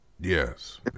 Yes